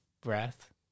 breath